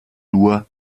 nur